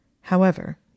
However